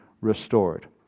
restored